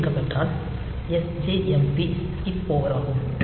D இயக்கப்பட்டால் sjmp skip over ஆகும்